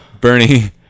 Bernie